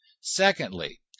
Secondly